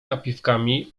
napiwkami